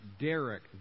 Derek